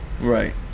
Right